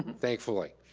thankfully.